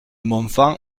montfand